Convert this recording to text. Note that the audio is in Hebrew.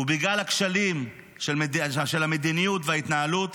ובגלל הכשלים של המדיניות וההתנהלות,